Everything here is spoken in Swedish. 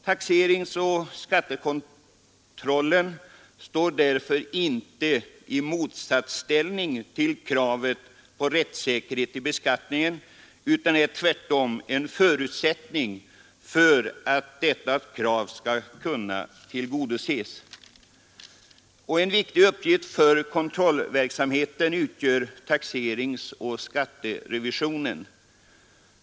Taxeringsoch skattekontrollen står därför inte i motsatsställning till kravet på rättssäkerhet i beskattningen utan är tvärtom en förutsättning för att detta krav skall kunna tillgodoses. En viktig uppgift för kontrollverksamheten utgör taxeringsoch skatterevisionen.